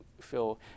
feel